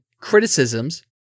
Criticisms